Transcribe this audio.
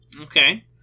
Okay